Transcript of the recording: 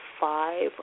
five